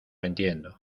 entiendo